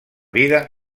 vida